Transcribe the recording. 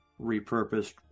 repurposed